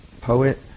poet